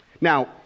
Now